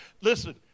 listen